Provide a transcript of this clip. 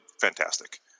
fantastic